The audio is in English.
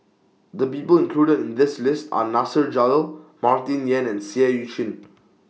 The People included in This list Are Nasir Jalil Martin Yan and Seah EU Chin